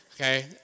okay